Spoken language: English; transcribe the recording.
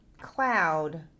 cloud